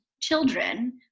children